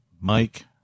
Mike